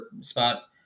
spot